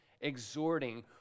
exhorting